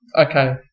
okay